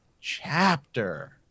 chapter